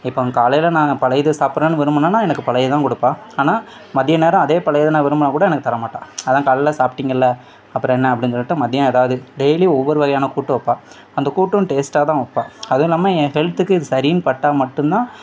இப்போ அவங்க காலையில நான் பழையது சாப்பிட்றேன்னு விரும்புனேன்னா எனக்கு பழையதுதான் கொடுப்பா ஆனால் மதிய நேரம் அதே பழையத நான் விரும்பினாக்கூட எனக்கு தரமாட்டாள் அதுதான் காலையில் சாப்பிடிங்கள்ல அப்புறம் என்ன அப்படின்னு சொல்லிட்டு மதியம் ஏதாவது டெய்லி ஒவ்வொரு வகையான கூட்டு வைப்பா அந்த கூட்டும் டேஸ்ட்டாகதான் வைப்பா அதில்லாம என் ஹெல்த்துக்கு இது சரின்னு பட்டால் மட்டும்தான்